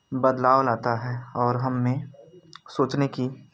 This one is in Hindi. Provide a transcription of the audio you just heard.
बदलाव लाता है और हम में सोचने की